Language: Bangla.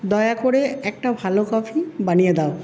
দয়া করে একটা ভালো কফি বানিয়ে দাও